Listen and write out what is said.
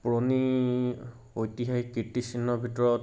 পুৰণি ঐতিহাসিক কীৰ্তিচিহ্নৰ ভিতৰত